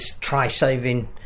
try-saving